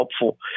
helpful